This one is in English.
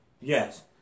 Yes